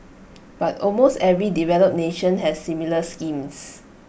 but almost every developed nation has similar schemes